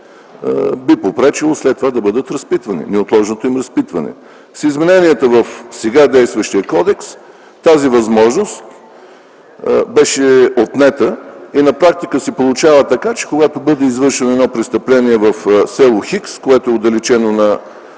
би попречило след това да бъдат разпитвани – неотложното им разпитване. С измененията в сега действащия кодекс тази възможност беше отнета и на практика се получава така, че когато бъде извършено престъпление в село Хикс, което е отдалечено на